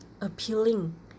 appealing